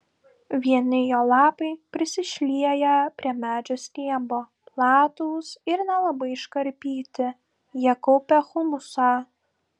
vieni jo lapai prisišlieję prie medžio stiebo platūs ir nelabai iškarpyti jie kaupia humusą